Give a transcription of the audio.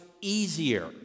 easier